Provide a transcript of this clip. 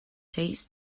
days